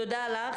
תודה לך.